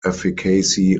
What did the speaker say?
efficacy